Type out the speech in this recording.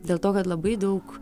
dėl to kad labai daug